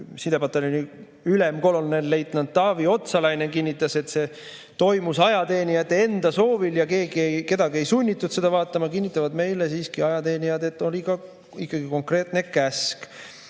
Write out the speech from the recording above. sidepataljoni ülem kolonelleitnant Taavi Otsalainen kinnitas, et see toimus ajateenijate enda soovil ja kedagi ei sunnitud seda vaatama, kinnitavad meile siiski ajateenijad, et oli ikkagi ka konkreetne käsk.